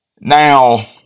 Now